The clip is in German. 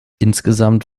insgesamt